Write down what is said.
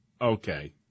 Okay